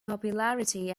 popularity